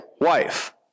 wife